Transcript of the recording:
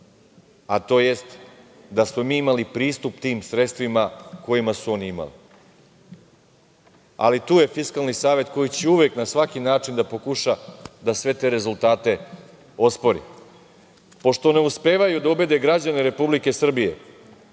a to jeste da smo mi imali pristup tim sredstvima kojima su oni imali. Ali, tu je Fiskalni savet koji će uvek na svaki način da pokuša da sve te rezultate ospori. Pošto ne uspevaju da ubede građane Republike Srbije